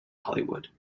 hollywood